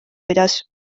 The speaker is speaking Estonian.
pidas